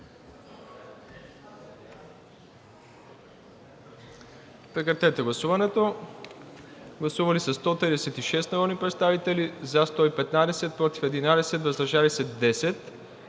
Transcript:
режим на гласуване. Гласували 136 народни представители: за 114, против 11, въздържали се 11.